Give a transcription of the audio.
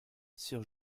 sir